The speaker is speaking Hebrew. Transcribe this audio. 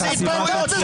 התפרעויות?